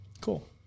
Cool